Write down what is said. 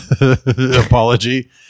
apology